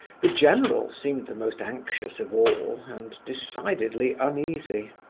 the general seemed the most anxious of all, and decidedly uneasy.